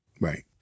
Right